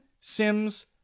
Sims